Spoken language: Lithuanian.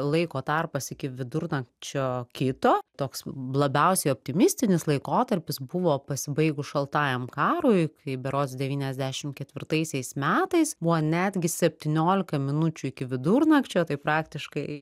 laiko tarpas iki vidurnakčio kito toks labiausiai optimistinis laikotarpis buvo pasibaigus šaltajam karui kai berods devyniasdešim ketvirtaisiais metais buvo netgi septyniolika minučių iki vidurnakčio tai praktiškai